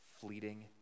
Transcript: fleeting